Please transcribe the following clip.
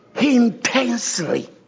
Intensely